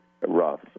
rough